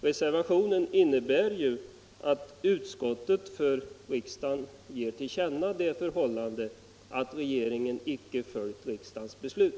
Reservationen innebär att utskottet för riksdagen ger till känna att regeringen inte följt riksdagens beslut.